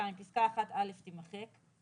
(2)פסקה (1א) - תימחק,